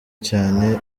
cyane